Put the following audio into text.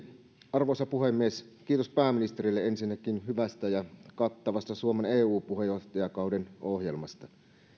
arvoisa puhemies kiitos pääministerille ensinnäkin hyvästä ja kattavasta suomen eu puheenjohtajakauden ohjelmasta